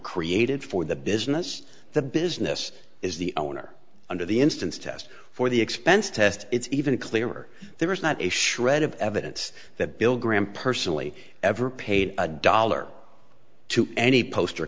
created for the business the business is the owner under the instance test for the expense test it's even clear there is not a shred of evidence that bill graham personally ever paid a dollar to any poster